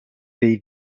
dei